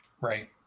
Right